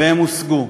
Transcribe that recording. והם הושגו.